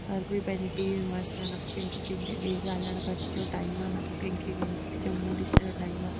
हर कोई पंहिंजी टी वी में मस्तु आहे नको कंहिंखे कंहिंखे ॻाल्हाइण जो टाइम आहे नको कंहिंखे कंहिंजो मुंहुं ॾिसण जो टाइम आहे